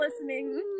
listening